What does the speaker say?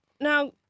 Now